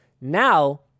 Now